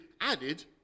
added